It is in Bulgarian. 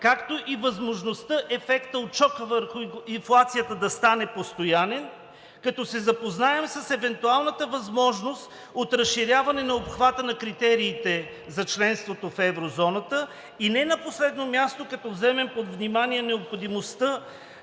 както и възможността ефектът от шока върху инфлацията да стане постоянен, като се запознаем с евентуалната възможност от разширяване на обхвата на критериите за членството в еврозоната и не на последно място, като вземем под внимание необходимостта